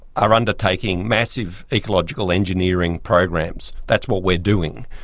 are undertaking massive ecological engineering programs. that's what we're doing,